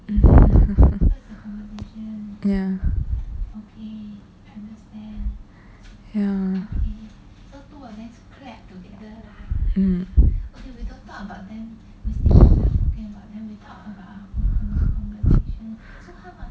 ya ya hmm